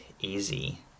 easy